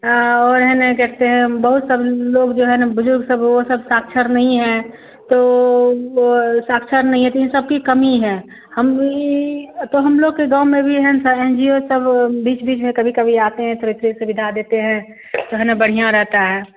और है ना देखते हैं हम बहुत सब लोग जो हैं ना बुजुर्ग सब वह सब साक्षर नहीं हैं तो साक्षर नहीं हैं तो इस सब की कमी है हम भी हमलोग के गाँव में भी है ना सर एन जी ओ सब बीच बीच में कभी कभी आते हैं थोड़ी थोड़ी सुविधा देते हैं तब ना बढ़ियाँ रहता है